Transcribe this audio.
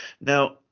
Now